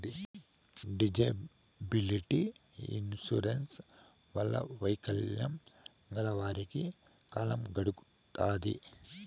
disability insurance వల్ల వైకల్యం గల వారికి కాలం గడుత్తాది